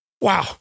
Wow